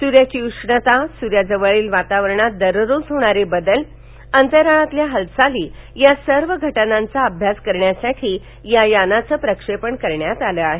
सूर्याची उष्णता सूर्याजवळील वातावरणात दररोज होणारे बदल बंतराळातील हालचाली या सर्व षटनांचा अभ्यास करण्यासाठी या यानाचं प्रक्षेपण करण्यात आलं आहे